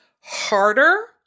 harder